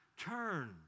turn